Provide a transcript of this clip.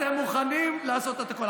אתם מוכנים לעשות את הכול.